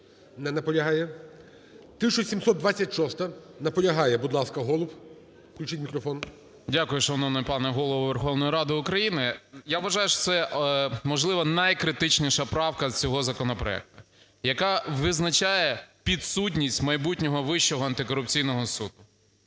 Дякую, шановний пане Голово Верховної Ради України. Я вважаю, що це, можливо, найкритичніша правка з всього законопроекта, яка визначає підсудність майбутнього Вищого антикорупційного суду.